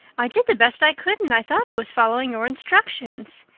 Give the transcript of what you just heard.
i did the best i could and i thought i was following your instructions.